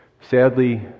Sadly